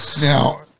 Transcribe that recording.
Now